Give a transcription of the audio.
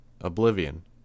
Oblivion